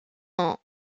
ont